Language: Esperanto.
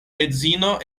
edzino